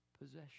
possession